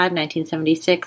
1976